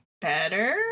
better